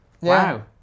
Wow